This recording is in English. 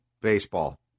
baseball